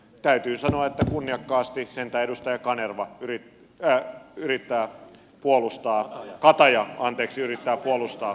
täytyy sanoa että kunniakkaasti sentään edustaja kanerva kataja anteeksi yrittää puolustaa linjaa